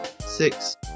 six